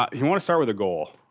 ah you want to start with a goal,